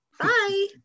Bye